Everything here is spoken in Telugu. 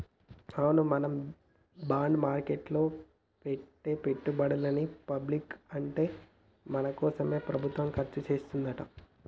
అవును మనం బాండ్ మార్కెట్లో పెట్టే పెట్టుబడులని పబ్లిక్ అంటే మన కోసమే ప్రభుత్వం ఖర్చు చేస్తాడంట